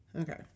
Okay